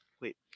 Wait